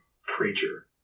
creature